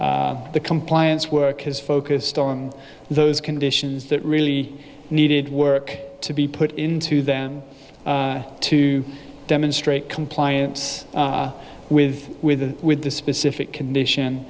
the compliance work has focused on those conditions that really needed work to be put into them to demonstrate compliance with with the with the specific condition